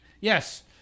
Yes